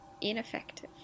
Ineffective